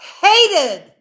hated